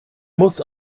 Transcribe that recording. muss